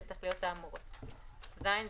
לתקן את התקנות אנחנו נכניס ------ תקשיב,